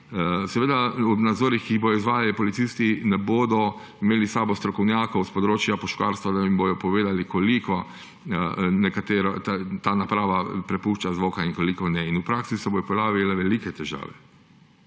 zvok. Ob nadzorih, ki jih bodo izvajali, policisti ne bodo imeli s sabo strokovnjakov s področja puškarstva, da jim bi povedali, koliko ta naprava prepušča zvoka in koliko ne. V praksi se bodo pojavile velike težave.